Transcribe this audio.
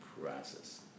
process